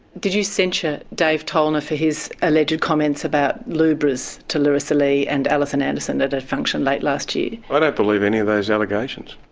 did you censure dave tollner for his alleged comments about lubras to larisa lee and alison anderson at a function late last year? but i don't believe any of those allegations.